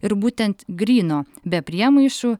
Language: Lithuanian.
ir būtent gryno be priemaišų